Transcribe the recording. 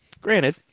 Granted